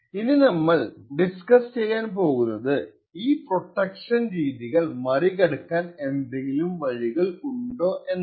ഇനി നമ്മൾ ഡിസ്കസ് ചെയ്യാൻ പോകുന്നത് ഈ പ്രൊട്ടക്ഷൻ രീതികൾ മറികടക്കാൻ എന്തെങ്കിലും വഴികൾ ഉണ്ടോ എന്നാണ്